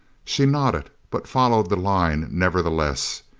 she nodded, but followed the line nevertheless.